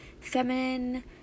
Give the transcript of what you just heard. feminine